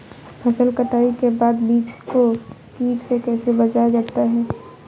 फसल कटाई के बाद बीज को कीट से कैसे बचाया जाता है?